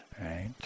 Right